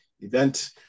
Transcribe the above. event